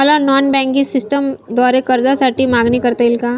मला non banking सिस्टमद्वारे कर्जासाठी मागणी करता येईल का?